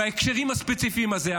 בהקשרים הספציפיים האלה.